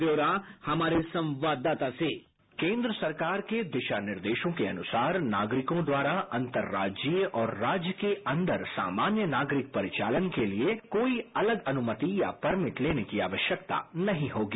ब्यौरा हमारे संवाददाता से बाईट केंद्र सरकार के दिशा निर्देशों के अनुसार नागरिकों द्वारा अंतर राज्यीय और राज्य के अंदर सामान्य नागरिक परिचालन के लिए कोई अलग अनुमति या परमिट लेने की आवश्यकता नहीं होगी